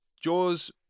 Jaws